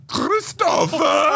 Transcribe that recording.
Christopher